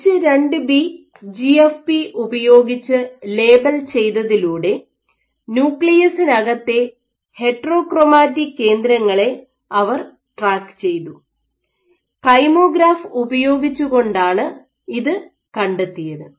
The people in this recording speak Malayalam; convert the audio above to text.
എച്ച് 2 ബി ജിഎഫ്പി ഉപയോഗിച്ച് ലേബൽ ചെയ്തതിലൂടെ ന്യൂക്ലിയസിനകത്തെ ഹെറ്ററോക്രോമാറ്റിക് കേന്ദ്രങ്ങളെ അവർ ട്രാക്ക് ചെയ്തു കൈമോഗ്രാഫ് ഉപയോഗിച്ചുകൊണ്ടാണ് ഇത് കണ്ടെത്തിയത്